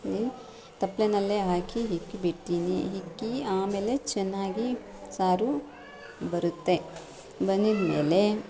ತಪ್ಪಲೆನಲ್ಲೇ ಹಾಕಿ ಇಕ್ಕಿ ಬಿಡ್ತೀನಿ ಇಕ್ಕಿ ಆಮೇಲೆ ಚೆನ್ನಾಗಿ ಸಾರು ಬರುತ್ತೆ ಬಂದಿದಮೇಲೆ